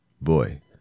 Boy